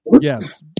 Yes